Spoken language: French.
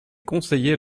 conseillers